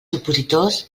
opositors